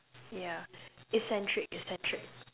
yeah eccentric eccentric